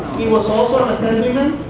he was also an assemblyman